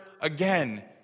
again